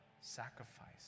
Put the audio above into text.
sacrifice